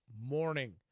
morning